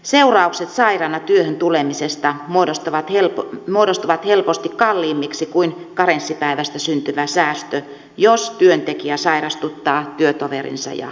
seuraukset sairaana työhön tulemisesta muodostuvat helposti kalliimmiksi kuin karenssipäivästä syntyvä säästö jos työntekijä sairastuttaa työtoverinsa ja potilaansa